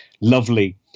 lovely